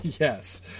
Yes